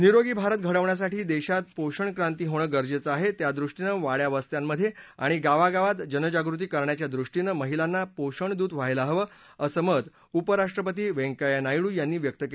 निरोगी भारत घडवण्यासाठी देशात पोषण क्रांती होणं गरजेचं आहे त्यादृष्टीनं वाङ्या वस्त्यांमधे आणि गावागावात जनजागृती करण्याच्या दृष्टीनं महिलांना पोषणदूत व्हायला हवं असं मत उपराष्ट्रपती व्यंकय्या नायडू यांनी व्यक्त केलं आहे